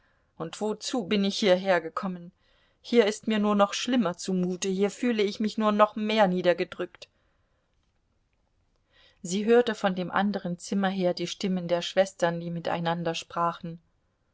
und wozu bin ich hierhergekommen hier ist mir nur noch schlimmer zumute hier fühle ich mich nur noch mehr niedergedrückt sie hörte von dem anderen zimmer her die stimmen der schwestern die miteinander sprachen